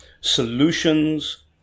solutions